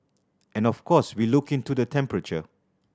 and of course we look into the temperature